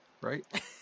right